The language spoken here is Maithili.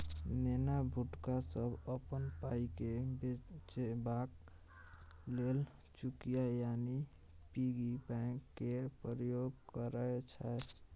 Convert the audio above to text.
नेना भुटका सब अपन पाइकेँ बचेबाक लेल चुकिया यानी पिग्गी बैंक केर प्रयोग करय छै